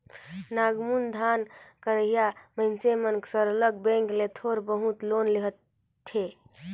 नानमुन धंधा करइया मइनसे मन सरलग बेंक ले थोर बहुत लोन लेथें